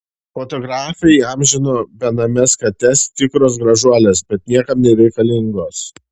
fotografė įamžino benames kates tikros gražuolės bet niekam nereikalingos